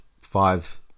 five